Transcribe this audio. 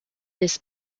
this